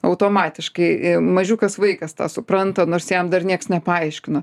automatiškai mažiukas vaikas tą supranta nors jam dar nieks nepaaiškino